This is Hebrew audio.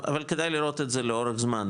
אבל כדאי לראות את זה לאורך זמן,